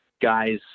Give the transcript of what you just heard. guys